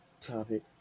topic